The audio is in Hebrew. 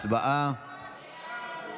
הצבעה.